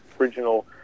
original